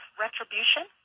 retribution